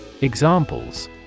Examples